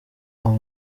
aba